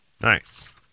Nice